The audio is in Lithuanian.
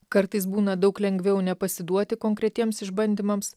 kartais būna daug lengviau nepasiduoti konkretiems išbandymams